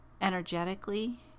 energetically